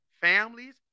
families